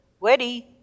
ready